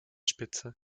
spitze